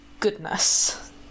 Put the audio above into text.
Goodness